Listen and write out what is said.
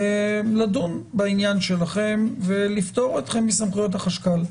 לדון בעניין שלכם ולפטור אתכם מסמכויות החשכ"ל.